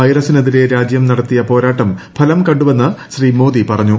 വൈറസിനെതിരെ രാജ്യം നടത്തിയ പോരാട്ടം കണ്ടുവെന്ന് ഫലം ശ്രീ മോദി പറഞ്ഞു